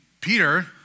Peter